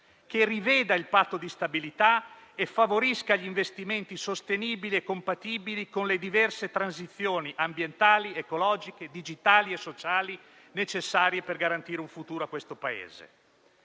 che riveda il Patto di stabilità e favorisca gli investimenti sostenibili e compatibili con le diverse transizioni ambientali, ecologiche, digitali e sociali, necessarie per garantire un futuro a questo Paese.